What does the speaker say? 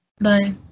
Bye